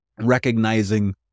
recognizing